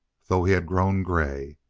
though he had grown gray.